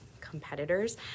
competitors